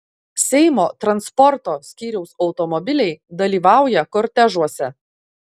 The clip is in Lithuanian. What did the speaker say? seimo transporto skyriaus automobiliai dalyvauja kortežuose